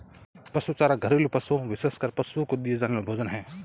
पशु चारा घरेलू पशुओं, विशेषकर पशुओं को दिया जाने वाला भोजन है